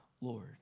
Lord